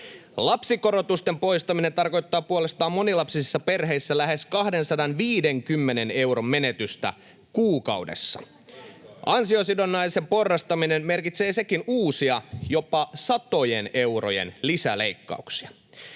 Lapsikorotusten poistaminen puolestaan tarkoittaa monilapsisissa perheissä lähes 250 euron menetystä kuukaudessa. Ansiosidonnaisen porrastaminen merkitsee sekin uusia, jopa satojen eurojen lisäleikkauksia.